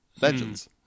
Legends